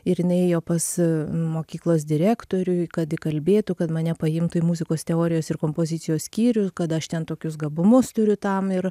ir jinai ėjo pas mokyklos direktorių kad įkalbėtų kad mane paimtų į muzikos teorijos ir kompozicijos skyrių kad aš ten tokius gabumus turiu tam ir